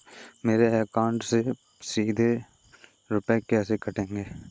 मेरे bank account से सीधे रुपए कैसे कटेंगे?